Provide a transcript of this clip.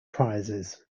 prizes